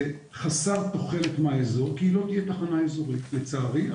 זה חסר תוחלת מהאזור כי לא תהיה תחנה אזורית לצערי,